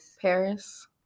Paris